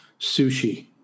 sushi